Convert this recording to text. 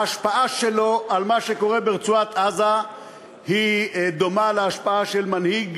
ההשפעה שלו על מה שקורה ברצועת-עזה דומה להשפעה של מנהיג